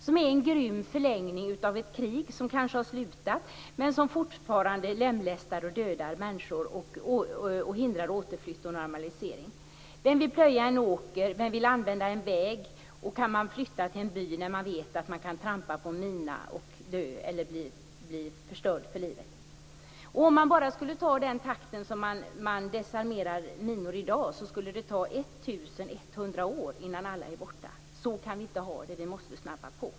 Det är en grym förlängning av ett krig som kanske har slutat men som fortfarande lemlästar och dödar människor och hindrar återflytt och normalisering. Vem vill plöja en åker? Vem vill använda en väg? Och kan man flytta till en by när man vet att man kan trampa på en mina och dö eller bli förstörd för livet? Om man skulle desarmera minor i den takt som man gör i dag skulle det ta 1 100 år innan alla är borta. Så kan vi inte ha det. Vi måste snabba på.